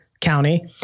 County